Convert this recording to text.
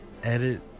Edit